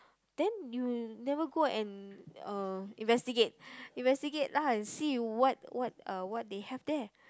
then you never go and uh investigate investigate lah and see what what uh what they have there